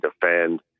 defend